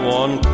one